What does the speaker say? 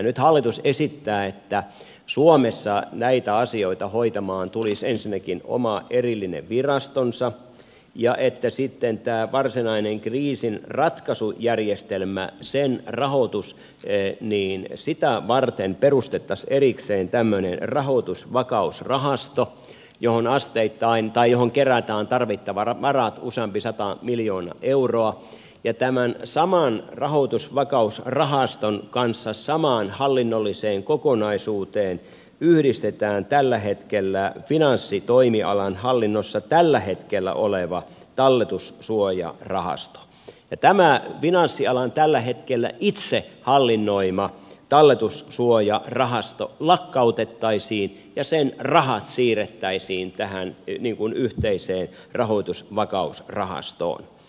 nyt hallitus esittää että suomessa näitä asioita hoitamaan tulisi ensinnäkin oma erillinen virastonsa ja että sittenkään varsinainen kriisin ratkaisun järjestelmää sitten tämän varsinaisen kriisinratkaisujärjestelmän rahoitusta varten perustettaisiin erikseen tämmöinen rahoitusvakausrahasto johon kerättäisiin tarvittavat varat useampi sata miljoonaa euroa ja tämän rahoitusvakausrahaston kanssa samaan hallinnolliseen kokonaisuuteen yhdistettäisiin finanssitoimialan hallinnossa tällä hetkellä oleva talletussuojarahasto ja tämä finanssialan tällä hetkellä itse hallinnoima talletussuojarahasto lakkautettaisiin ja sen rahat siirrettäisiin tähän yhteiseen rahoitusvakausrahastoon